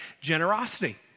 generosity